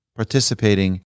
participating